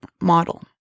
model